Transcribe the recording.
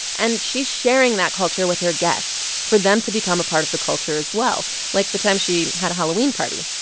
and she's sharing that culture with her guests for them to become a part of the culture as well, like the time she had a halloween party,